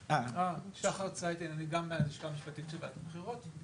שחר ציטלין אני גם מהלשכה המשפטית של וועדת הבחירות.